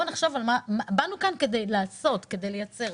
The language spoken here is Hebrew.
באנו לכאן כדי לעשות, כדי לייצר.